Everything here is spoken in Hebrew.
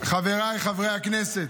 חבריי חברי הכנסת,